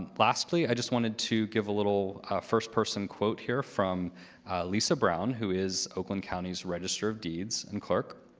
lastly, i just wanted to give a little first person quote here from lisa brown, who is oakland county's register of deeds and clerk.